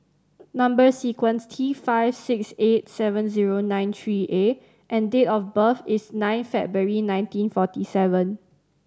number sequence T five six eight seven zero nine three A and date of birth is nine February nineteen forty seven